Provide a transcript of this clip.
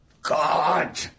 God